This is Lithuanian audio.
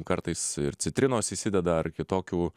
kartais ir citrinos įsideda ar kitokių